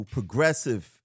Progressive